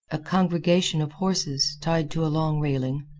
a congregation of horses, tied to a long railing,